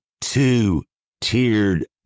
two-tiered